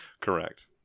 Correct